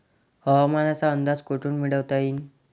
हवामानाचा अंदाज कोठून मिळवता येईन?